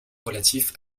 relatif